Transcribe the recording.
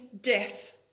death